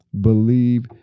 believe